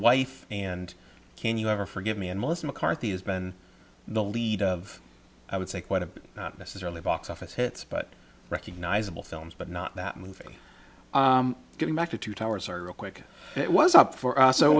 wife and can you ever forgive me and melissa mccarthy has been the lead of i would say quite a bit not necessarily box office hits but recognizable films but not that movie getting back to two towers or a quick it wasn't for us it